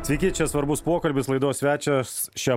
taigi čia svarbus pokalbis laidos svečias šią